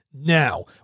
Now